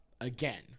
again